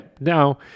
Now